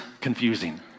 confusing